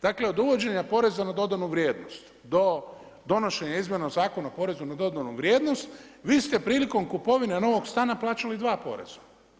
Dakle, od uvođenja poreza na dodanu vrijednost do donošenja izmjena Zakona o porezu na dodanu vrijednost vi ste prilikom kupovine novog stana plaćali dva poreza.